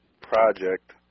project